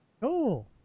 Cool